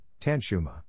Tanshuma